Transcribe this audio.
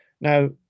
Now